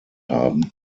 haben